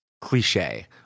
cliche